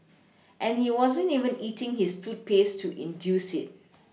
and he wasn't even eating his toothpaste to induce it